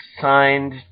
signed